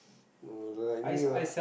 oh like me lah